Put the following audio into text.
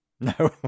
No